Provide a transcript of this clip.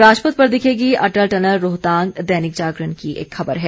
राजपथ पर दिखेगी अटल टनल रोहतांग दैनिक जागरण की एक खबर है